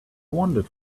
wandered